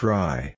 Try